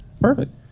Perfect